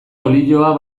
olioa